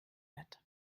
wird